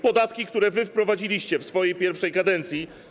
Podatki, które wprowadziliście w swojej pierwszej kadencji.